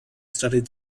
studied